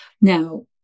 Now